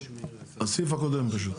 לסעיף הקודם פשוט.